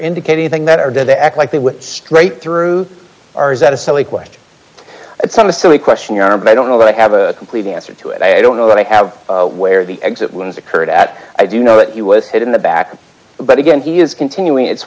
anything that or did they act like they were straight through or is that a silly question it's not a silly question your honor but i don't know that i have a complete answer to it i don't know that i have where the exit wounds occurred at i do know that he was hit in the back but again he is continuing it's